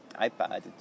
iPad